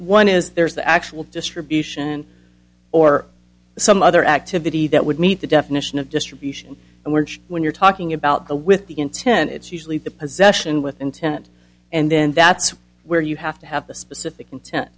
one is there is the actual distribution or some other activity that would meet the definition of distribution and when when you're talking about the with the intent it's usually the possession with intent and then that's where you have to have the specific intent